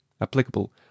applicable